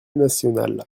nationale